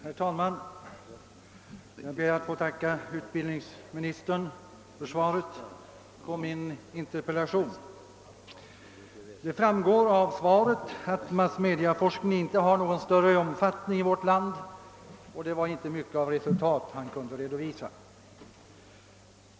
Herr talman! Jag ber att få tacka utbildningsministern för svaret på min interpellation. Det framgår av svaret att massmediaforskningen inte är av någon större omfattning i vårt land, och det var heller inte mycket av resultat som utbildningsministern kunde redovisa.